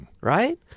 Right